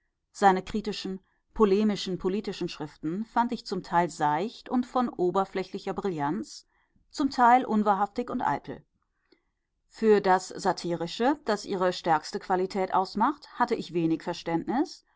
seine kritischen polemischen politischen schriften fand ich zum teil seicht und von oberflächlicher brillanz zum teil unwahrhaftig und eitel für das satirische das ihre stärkste qualität ausmacht hatte ich wenig verständnis